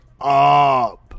up